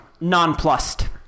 nonplussed